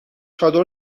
چادر